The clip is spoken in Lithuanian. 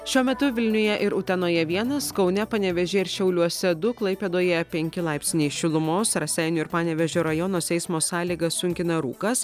šiuo metu vilniuje ir utenoje vienas kaune panevėžyje ir šiauliuose du klaipėdoje penki laipsniai šilumos raseinių ir panevėžio rajonuose eismo sąlygas sunkina rūkas